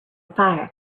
fire